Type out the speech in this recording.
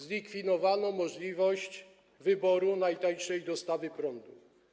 Zlikwidowano możliwość wyboru najtańszej dostawy prądu.